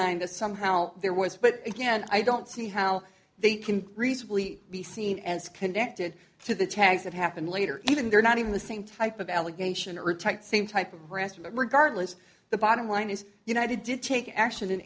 nine that somehow there was but again i don't see how they can reasonably be seen as connected to the tags that happened later even they're not even the same type of allegation or type same type of rescue but regardless the bottom line is united did take action and